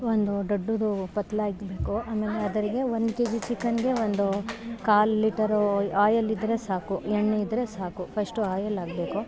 ಒಂದು ದೊಡ್ಡದು ಪಾತೇಲಿ ಇಕ್ಬೇಕು ಆಮೇಲೆ ಅದರಾಗೆ ಒಂದು ಕೆ ಜಿ ಚಿಕನ್ಗೆ ಒಂದೂ ಕಾಲ್ ಲೀಟರು ಆಯಲ್ ಇದ್ರೆ ಸಾಕು ಎಣ್ಣೆ ಇದ್ರೆ ಸಾಕು ಫಶ್ಟು ಆಯಲ್ ಹಾಕ್ಬೇಕು